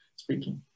speaking